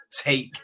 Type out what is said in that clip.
take